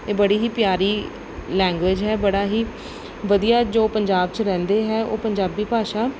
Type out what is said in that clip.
ਇਹ ਬੜੀ ਹੀ ਪਿਆਰੀ ਲੈਂਗੁਏਜ ਹੈ ਬੜਾ ਹੀ ਵਧੀਆ ਜੋ ਪੰਜਾਬ 'ਚ ਰਹਿੰਦੇ ਹੈ ਉਹ ਪੰਜਾਬੀ ਭਾਸ਼ਾ